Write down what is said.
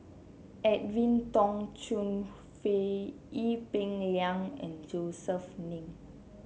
Edwin Tong Chun Fai Ee Peng Liang and Josef Ng